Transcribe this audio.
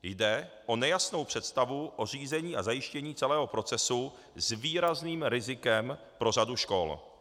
Jde o nejasnou představu o řízení a zajištění celého procesu s výrazným rizikem pro řadu škol.